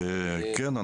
כן.